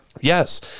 Yes